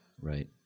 Right